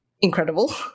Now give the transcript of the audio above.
incredible